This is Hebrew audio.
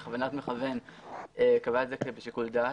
בכוונת מכוון קבע את זה בשיקול דעת.